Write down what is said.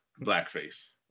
Blackface